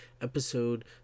episode